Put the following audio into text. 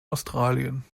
australien